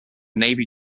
navy